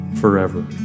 forever